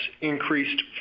increased